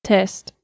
Test